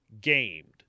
gamed